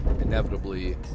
Inevitably